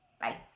Bye